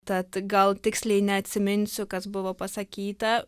tad gal tiksliai neatsiminsiu kas buvo pasakyta